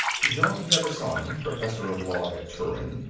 jean nevisan, professor of law at turin,